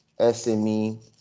SME